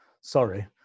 sorry